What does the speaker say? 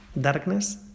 darkness